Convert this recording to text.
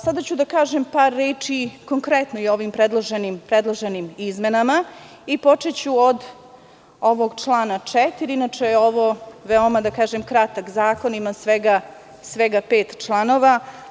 Sada ću da kažem par reči konkretno i o ovim predloženim izmenama i počeću od člana 4. Inače je ovo veoma kratak zakon, ima svega pet članova.